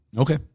Okay